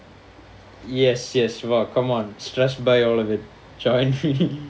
yes yes !wah! come on stress buy all of it